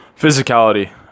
Physicality